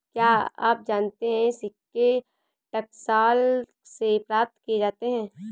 क्या आप जानते है सिक्के टकसाल से प्राप्त किए जाते हैं